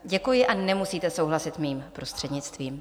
Děkuji a nemusíte souhlasit mým prostřednictvím.